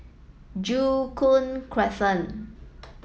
Joo Koon Crescent